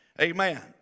Amen